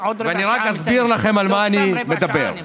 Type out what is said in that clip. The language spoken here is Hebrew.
ואני רק אסביר לכם על מה אני מדבר.